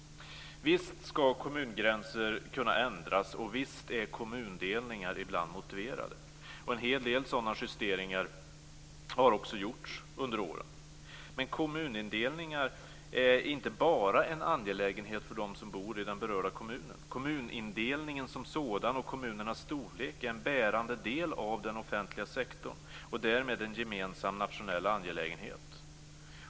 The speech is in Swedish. Visst skall kommungränser kunna ändras, och visst är kommundelningar ibland motiverade. En hel del sådana justeringar har också gjorts under åren. Men kommunindelningar är inte bara en angelägenhet för dem som bor i den berörda kommunen. Kommunindelningen som sådan och kommunernas storlek är en bärande del av den offentliga sektorn och därmed en gemensam nationell angelägenhet.